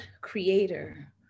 creator